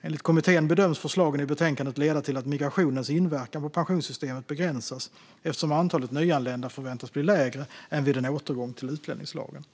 Enligt kommittén bedöms förslagen i betänkandet leda till att migrationens inverkan på pensionssystemet begränsas eftersom antalet nyanlända förväntas bli lägre än vid en återgång till utlänningslagen.